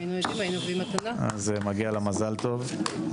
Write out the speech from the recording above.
מגיע לה מזל טוב,